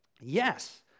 yes